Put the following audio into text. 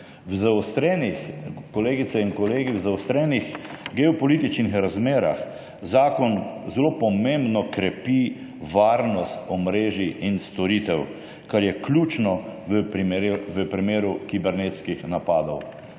Sloveniji. Kolegice in kolegi, v zaostrenih geopolitičnih razmerah zakon zelo pomembno krepi varnost omrežij in storitev, kar je ključno v primeru kibernetskih napadov.